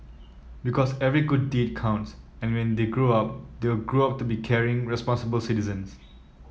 because every good deed counts and when they grow up they will grow up to be caring responsible citizens